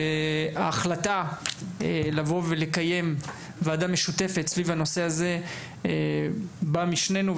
וההחלטה לבוא ולקיים ועדה משותפת סביב הנושא הזה באה משנינו.